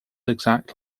exact